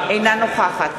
אינה נוכחת